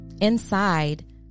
Inside